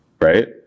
right